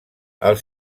els